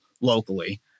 locally